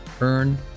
Earn